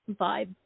vibe